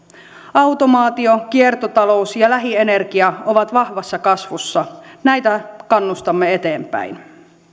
automaatio kiertotalous ja lähienergia ovat vahvassa kasvussa näitä kannustamme eteenpäin